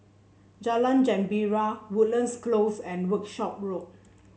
Jalan Gembira Woodlands Close and Workshop Road